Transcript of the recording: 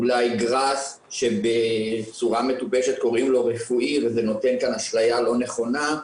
אולי גראס שבצורה מטופשת קוראים לו רפואי וזה נותן כאן אשליה לא נכונה,